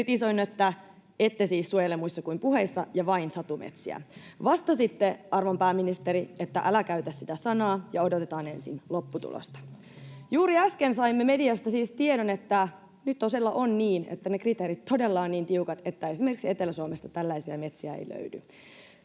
Kritisoin, että ette siis suojele muissa kuin puheissa ja vain satumetsiä. Vastasitte, arvon pääministeri, että älä käytä sitä sanaa ja odotetaan ensin lopputulosta. Juuri äsken saimme mediasta siis tiedon, että nyt todella on niin, että ne kriteerit todella ovat niin tiukat, että esimerkiksi Etelä-Suomesta tällaisia metsiä ei löydy.